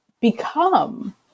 become